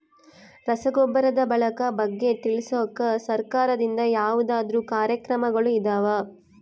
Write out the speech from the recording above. ರಸಗೊಬ್ಬರದ ಬಳಕೆ ಬಗ್ಗೆ ತಿಳಿಸೊಕೆ ಸರಕಾರದಿಂದ ಯಾವದಾದ್ರು ಕಾರ್ಯಕ್ರಮಗಳು ಇದಾವ?